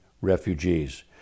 refugees